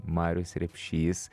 marius repšys